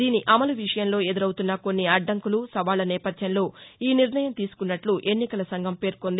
దీని అమలు విషయంలో ఎదురవుతున్న కొన్ని అడ్డంకులు సవాళ్ల నేపథ్యంలో ఈ నిర్ణయం తీసుకున్నట్ల ఎన్నికల సంఘం వెల్లడించింది